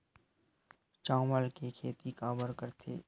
चावल के खेती काबर करथे?